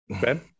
Ben